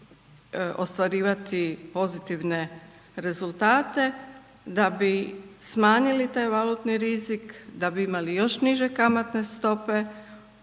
mogli ostvarivati pozitivne rezultate, da bi smanjili taj valutni rizik da bi imali još niže kamatne stope,